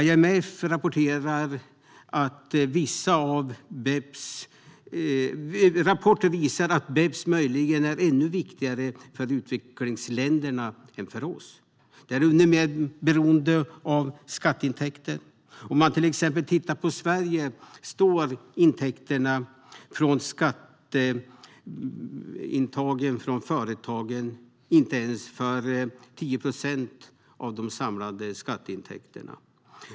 IMF:s rapporter visar att BEPS möjligen är ännu viktigare för utvecklingsländerna än för oss. De är ännu mer beroende av skatteintäkter. I till exempel Sverige står intäkterna från företagsbeskattningen inte ens för 10 procent av de sammanlagda skatteintäkterna.